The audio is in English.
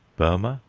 burmah,